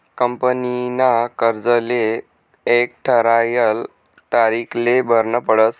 कंपनीना कर्जले एक ठरायल तारीखले भरनं पडस